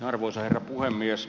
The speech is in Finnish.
arvoisa herra puhemies